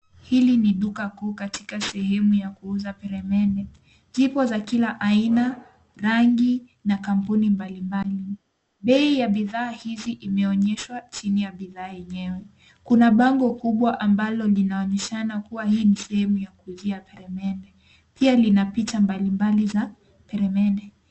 Hii ni duka kuu katika sehemu ya kuuza peremende, zipo za kila aina rangi na kampuni mbali mbali. Bei ya bidhaa hizi imeonyeshwa chini ya bidhaa yenyewe kuna bango kubwa ambalo linaonyeshana kuwa hii ni sehemu ya kuuzia peremende pia lina picha mbali mbali za peremende.